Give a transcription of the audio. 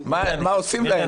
שהסברתי,